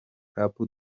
cup